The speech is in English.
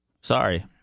Sorry